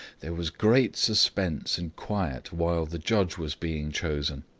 there was great suspense and quiet while the judge was being chosen.